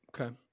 Okay